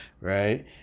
right